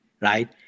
right